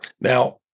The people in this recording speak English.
Now